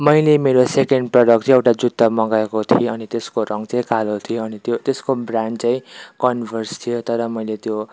मैले मेरो second product चाहिँ एउटा जुत्ता मगाएको थिएँ अनि त्यसको रङ चाहिँ कालो थियो अनि त्यो त्यसको ब्रान्ड चाहिँ कनभर्स थियो तर मैले त्यो